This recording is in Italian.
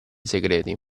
segreti